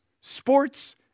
sports